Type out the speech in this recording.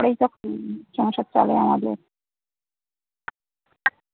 করেই তো হুম সংসার চলে আমাদের